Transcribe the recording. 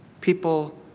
People